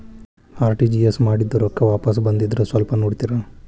RTGS ಮಾಡಿದ್ದೆ ರೊಕ್ಕ ವಾಪಸ್ ಬಂದದ್ರಿ ಸ್ವಲ್ಪ ನೋಡ್ತೇರ?